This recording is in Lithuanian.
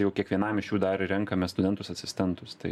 jau kiekvienam iš jų dar renkame studentus asistentus tai